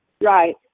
right